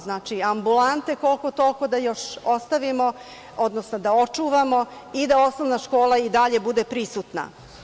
Znači, ambulante koliko, toliko da još ostavimo, odnosno da očuvamo i da osnovna škola i dalje bude prisutna.